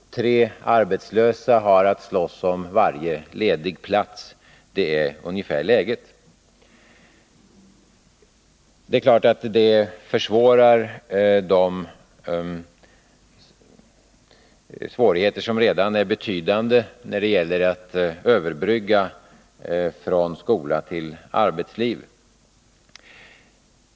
Tre arbetslösa har att slåss om varje ledig plats. Det är ungefär läget. Det är klart att detta förvärrar de svårigheter som redan är betydande när det gäller att överbrygga från skola till arbetsliv.